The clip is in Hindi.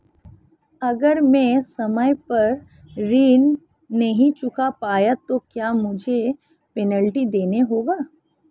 अगर मैं समय पर ऋण नहीं चुका पाया तो क्या मुझे पेनल्टी देनी होगी?